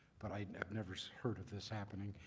but i have never heard of this happening.